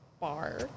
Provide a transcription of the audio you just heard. bar